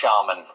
Shaman